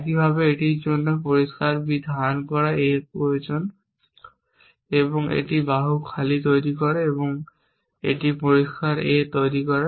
একইভাবে এটির জন্য পরিষ্কার B ধারণ করা A প্রয়োজন এবং এটি বাহু খালি তৈরি করে এবং এটি পরিষ্কার A তৈরি করে